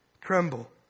Tremble